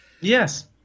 yes